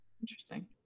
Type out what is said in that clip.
Interesting